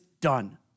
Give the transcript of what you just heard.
done